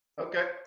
Okay